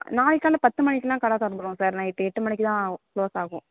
நாளைக்கு காலையில் பத்து மணிக்கெலாம் கடை திறந்திடுவோம் சார் நைட்டு எட்டு மணிக்கு தான் க்ளோஸ் ஆகும்